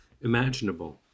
imaginable